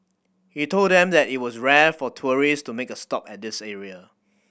he told them that it was rare for tourist to make a stop at this area